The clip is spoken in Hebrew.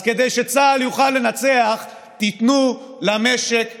אז כדי שצה"ל יוכל לנצח, תיתנו למשק לעבוד.